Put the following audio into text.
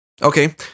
Okay